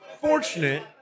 fortunate